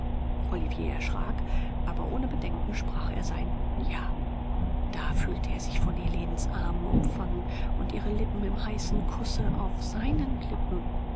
olivier erschrak aber ohne bedenken sprach er sein ja da fühlte er sich von helenens armen umfangen und ihre lippen im heißen kusse auf seinen lippen